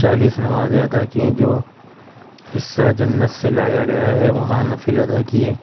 چالیس نمازیں ادا کیں جو حصہ جنت سے لایا گیا ہے وہاں نفل ادا کیے